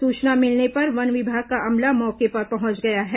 सूचना मिलने पर वन विभाग का अमला मौके पर पहुंच गया है